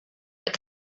that